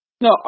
No